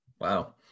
Wow